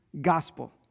gospel